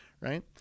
right